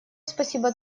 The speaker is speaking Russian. спасибо